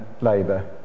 labour